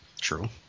True